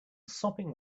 sopping